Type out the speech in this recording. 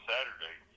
Saturday